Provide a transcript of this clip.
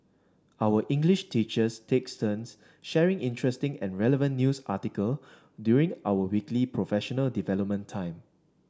our English teachers takes turns sharing interesting and relevant news article during our weekly professional development time